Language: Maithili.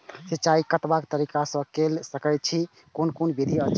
सिंचाई कतवा तरीका स के कैल सकैत छी कून कून विधि अछि?